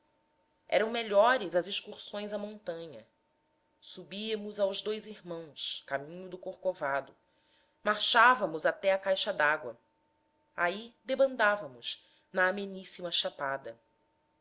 eram melhores as excursões à montanha subíamos aos dois irmãos caminho do corcovado marchávamos até à caixa dágua ai debandávamos na ameníssima chapada